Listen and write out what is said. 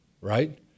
right